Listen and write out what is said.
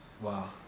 Wow